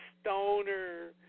Stoner